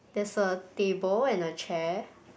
there's a table and a chair